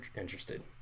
interested